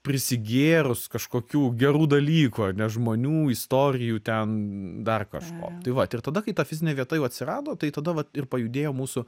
prisigėrus kažkokių gerų dalykų ane žmonių istorijų ten dar kažko tai vat ir tada kai ta fizinė vieta jau atsirado tai tada vat ir pajudėjo mūsų